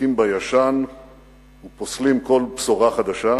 שדבקים בישן ופוסלים כל בשורה חדשה,